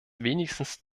wenigstens